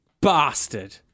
bastard